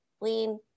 lean